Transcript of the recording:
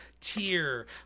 tier